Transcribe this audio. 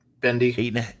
Bendy